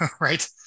right